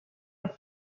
and